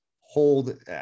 hold